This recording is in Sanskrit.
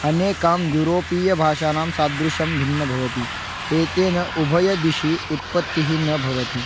अनेकां यूरोपीयभाषाणां सादृश्यं भिन्नं भवति एतेन उभयदिशि उत्पत्तिः न भवति